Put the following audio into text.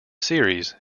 series